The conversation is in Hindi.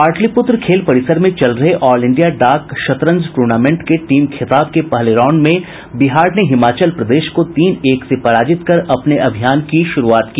पाटलिपुत्र खेल परिसर में चल रहे ऑल इंडिया डाक शतरंज टूर्नामेंट के टीम खिताब के पहले राउंड में बिहार ने हिमाचल प्रदेश को तीन एक से पराजित कर अपने अभियान की शुरूआत की